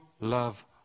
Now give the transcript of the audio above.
love